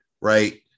right